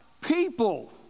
people